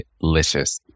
delicious